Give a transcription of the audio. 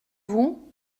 vous